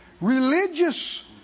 religious